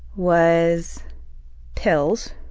was pills,